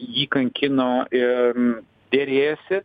jį kankino ir derėjosi